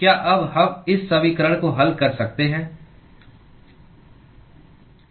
क्या अब हम इस समीकरण को हल कर सकते हैं